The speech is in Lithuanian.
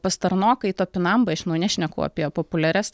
pastarnokai topinambai aš nu nešneku apie populiarias